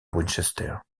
winchester